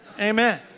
Amen